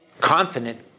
confident